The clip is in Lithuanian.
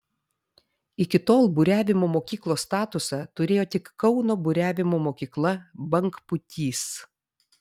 iki tol buriavimo mokyklos statusą turėjo tik kauno buriavimo mokykla bangpūtys